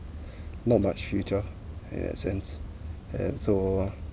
not much future in that sense and so